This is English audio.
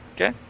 okay